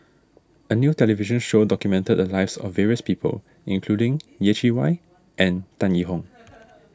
a new television show documented the lives of various people including Yeh Chi Wei and Tan Yee Hong